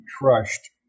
crushed